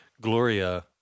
Gloria